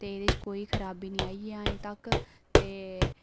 ते एह्दे च कोई खराबी निं आई ऐ ऐहीं तक्क ते